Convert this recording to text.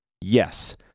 Yes